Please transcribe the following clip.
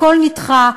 הכול נדחה.